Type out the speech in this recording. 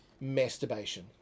Masturbation